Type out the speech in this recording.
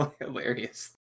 hilarious